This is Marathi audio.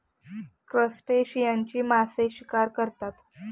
क्रस्टेशियन्सची मासे शिकार करतात